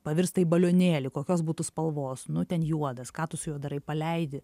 pavirsta į balionėlį kokios būtų spalvos nu ten juodas ką tu su juo darai paleidi